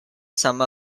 some